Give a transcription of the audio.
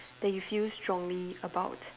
that you feel strongly about